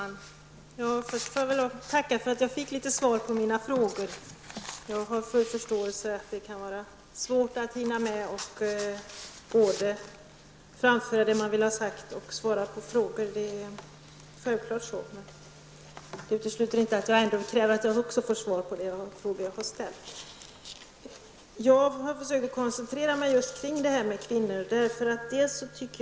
Herr talman! Först får jag lov att tacka för att jag fick svar på en del av mina frågor. Jag har full förståelse för att det kan vara svårt att hinna med att både framföra det man vill ha sagt och svara på frågor. Det är självklart att det är så, men det utesluter inte att jag ändå kräver att få svar på de frågor jag har ställt. Jag har försökt att koncentrera mig kring just kvinnornas situation.